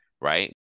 right